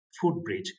footbridge